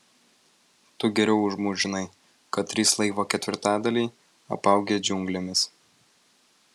tu geriau už mus žinai kad trys laivo ketvirtadaliai apaugę džiunglėmis